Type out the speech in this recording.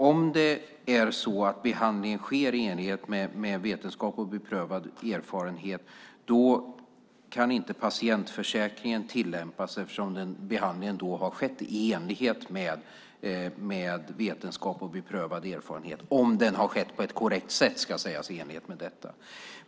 Om behandlingen sker i enlighet med vetenskap och beprövad erfarenhet och om den har skett på ett korrekt sätt kan inte patientförsäkringen tillämpas.